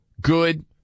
good